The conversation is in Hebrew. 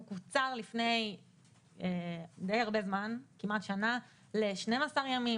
הוא קוצר לפני די הרבה זמן, כמעט שנה ל-12 ימים.